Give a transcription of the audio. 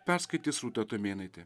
perskaitys rūta tumėnaitė